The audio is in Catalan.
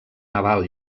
naval